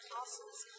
Castle's